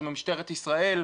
זו משטרת ישראל,